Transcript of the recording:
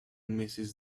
mrs